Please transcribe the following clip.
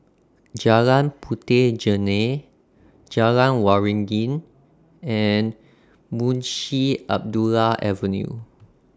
Jalan Puteh Jerneh Jalan Waringin and Munshi Abdullah Avenue